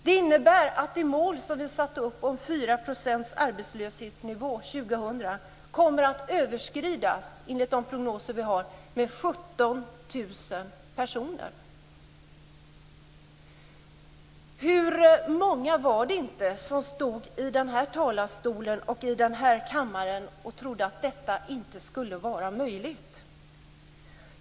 Det innebär att det mål som vi satt upp om 4 % arbetslöshetsnivå år 2000 kommer att överskridas, enligt de prognoser som vi har, med Hur många var det inte som stod i talarstolen här i kammaren och inte trodde att detta skulle vara möjligt?